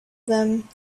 them